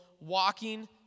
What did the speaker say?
walking